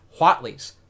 Watleys